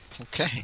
Okay